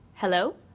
Hello